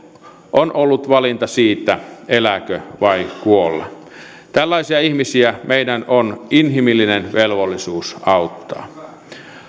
on ollut valinta siitä elääkö vai kuolla tällaisia ihmisiä meidän on inhimillinen velvollisuus auttaa